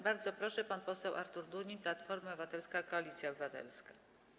Bardzo proszę, pan poseł Artur Dunin, Platforma Obywatelska - Koalicja Obywatelska.